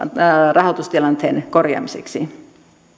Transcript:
rahoitustilanteen korjaamiseksi